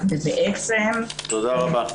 תודה רבה.